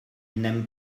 n’aiment